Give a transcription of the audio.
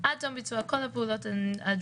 אם נשווה את זה למספר הדיונים שמתקיימים בהיוועדות